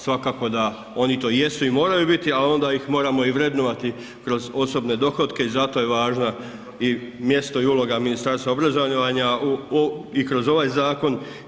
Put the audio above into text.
Svakako da oni to jesu i moraju biti, ali onda ih moramo i vrednovati kroz osobne dohotke i zato je važna mjesto i uloga Ministarstva obrazovanja i kroz ovaj zakon.